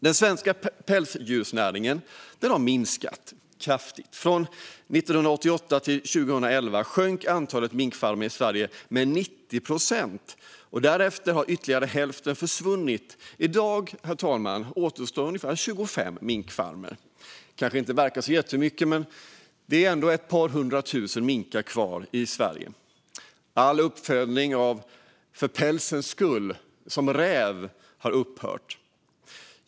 Den svenska pälsdjursnäringen har minskat kraftigt. Från 1988 till 2011 minskade antalet minkfarmer i Sverige med 90 procent. Därefter har ytterligare hälften försvunnit. I dag återstår ungefär 25 minkfarmer. Det kanske inte verkar så jättemycket. Men det är ändå ett par hundra tusen minkar kvar i Sverige. All uppfödning av räv för pälsens skull har upphört.